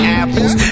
apples